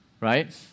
Right